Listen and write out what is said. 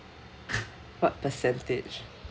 what percentage